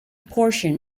portion